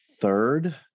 third